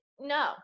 no